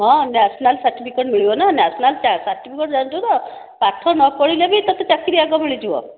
ହଁ national certificate ମିଳିବ ନା ନ୍ୟାସ୍ନାଲ ସାର୍ଟିଫିକେଟ୍ ଜାଣିଛୁ ତ ପାଠ ନ ପଢ଼ିଲେ ବି ତୋତେ ଚାକିରି ଆଗ ମିଳିଯିବ